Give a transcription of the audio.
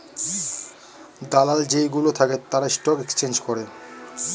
দালাল যেই গুলো থাকে তারা স্টক এক্সচেঞ্জ করে